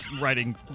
writing